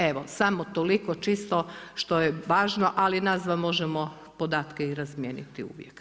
Evo samo toliko čisto što je važno, ali nas dva možemo podatke i razmijeniti uvijek.